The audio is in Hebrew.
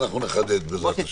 את זה אנחנו נחדד בעזרת השם.